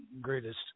greatest